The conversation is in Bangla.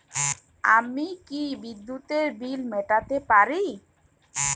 আমি কি বিদ্যুতের বিল মেটাতে পারি?